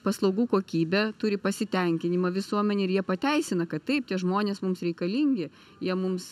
paslaugų kokybę turi pasitenkinimą visuomenė ir jie pateisina kad taip tie žmonės mums reikalingi jie mums